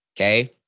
Okay